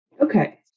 Okay